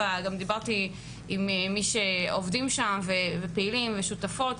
גם דיברתי עם מי שעובדים ופעילים שם ועם שותפות.